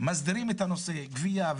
מסדירים את הנושא גבייה,